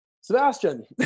Sebastian